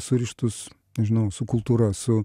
surištus nežinau su kultūra su